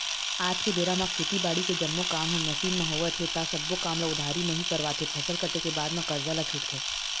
आज के बेरा म खेती बाड़ी के जम्मो काम ह मसीन म होवत हे ता सब्बो काम ल उधारी म ही करवाथे, फसल कटे के बाद म करजा ल छूटथे